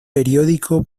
periódico